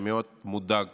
שמאוד מודאג